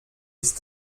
ist